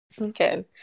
Okay